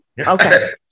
Okay